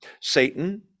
Satan